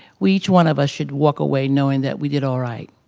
we, each one of us, should walk away knowing that we did alright,